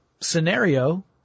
scenario